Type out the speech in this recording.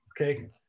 okay